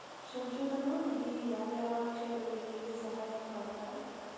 ಸಂಶೋಧನಾ ನಿಧಿ ಯಾವ್ಯಾವ ಕ್ಷೇತ್ರಗಳಿಗಿ ಸಹಾಯ ಮಾಡ್ತದ